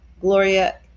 gloria